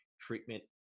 treatment